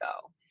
go